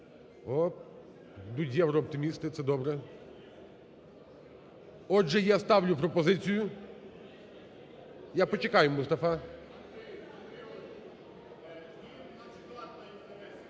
Ідуть єврооптимісти, це добре. Отже, я ставляю пропозицію… Я почекаю Мустафа.